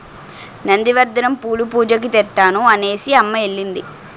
నంది వర్ధనం పూలు పూజకి తెత్తాను అనేసిఅమ్మ ఎల్లింది